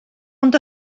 ond